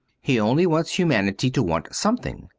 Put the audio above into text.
he only wants humanity to want something.